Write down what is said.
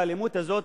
באלימות הזאת,